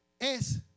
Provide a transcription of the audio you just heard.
es